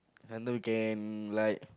have no gang like